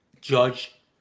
Judge